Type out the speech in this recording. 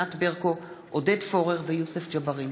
ענת ברקו, עודד פורר ויוסף ג'בארין